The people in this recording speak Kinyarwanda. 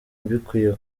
mbikuye